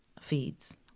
feeds